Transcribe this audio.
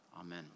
Amen